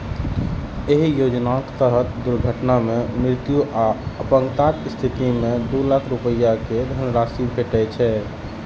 एहि योजनाक तहत दुर्घटना मे मृत्यु आ अपंगताक स्थिति मे दू लाख रुपैया के धनराशि भेटै छै